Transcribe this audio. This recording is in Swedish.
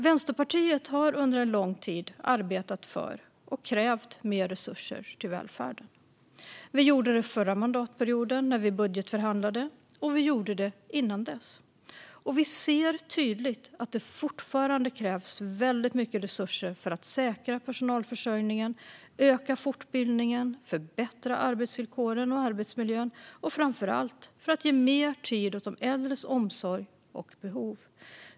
Vänsterpartiet har under lång tid arbetat för och krävt mer resurser till välfärden. Vi gjorde det förra mandatperioden när vi budgetförhandlade, och vi gjorde det innan dess. Och vi ser tydligt att det fortfarande krävs väldigt mycket resurser för att säkra personalförsörjningen, öka fortbildningen, förbättra arbetsvillkoren och arbetsmiljön och framför allt för att ge mer tid åt de äldres omsorg och behov.